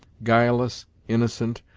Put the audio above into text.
guileless, innocent,